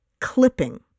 clipping